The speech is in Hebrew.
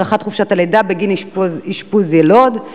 הארכת חופשת הלידה בגין אשפוז יילוד).